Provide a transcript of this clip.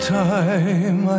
time